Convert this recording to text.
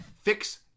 Fix